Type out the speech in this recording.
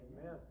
Amen